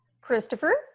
Christopher